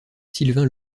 sylvain